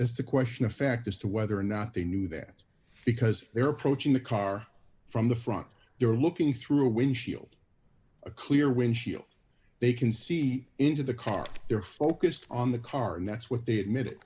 it's a question of fact as to whether or not they knew that because they are approaching the car from the front you're looking through a windshield a clear when she'll they can see into the car they're focused on the car and that's what they admitted